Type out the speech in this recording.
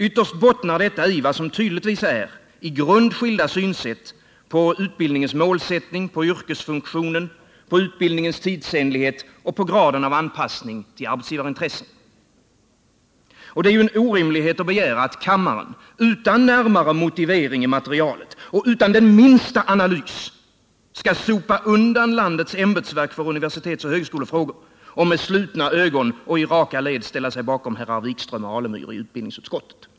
Ytterst bottnar detta i vad som tydligtvis är i grunden skilda synsätt på utbildningens mål, yrkesfunktionen, utbildningens tidsenlighet och graden av anpassning till arbetsgivarintressena. Det är ju en orimlighet att begära att kammarens ledamöter utan närmare motivering i materialet och utan den minsta analys skall sopa undan landets ämbetsverk för universitetsoch högskolefrågor och med slutna ögon och i raka led ställa sig bakom herr Wikström och herr Alemyr i utbildningsutskottet.